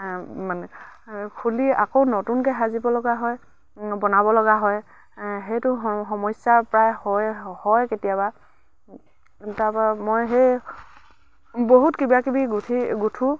মানে খুলি আকৌ নতুনকৈ সাজিব লগা হয় বনাব লগা হয় সেইটো সমস্যা প্ৰায় হয় হয় কেতিয়াবা তাৰপৰা মই সেই বহুত কিবাকিবি গোঁঠি গোঁঠো